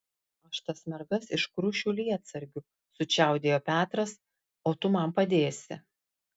aš tas mergas iškrušiu lietsargiu sučiaudėjo petras o tu man padėsi